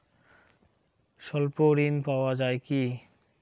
স্বল্প ঋণ পাওয়া য়ায় কি?